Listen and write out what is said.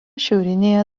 šiaurinėje